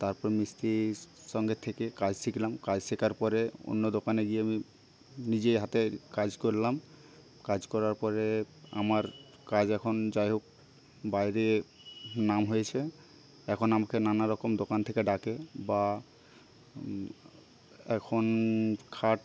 তারপর মিস্ত্রির সঙ্গে থেকে কাজ শিখলাম কাজ শেখার পরে অন্য দোকানে গিয়ে আমি নিজে হাতের কাজ করলাম কাজ করার পরে আমার কায়দাকানুন যাইহোক বাইরে নাম হয়েছে এখন আমাকে নানারকম দোকান থেকে ডাকে বা এখন খাট